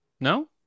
No